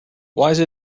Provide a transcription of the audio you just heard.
wise